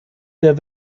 der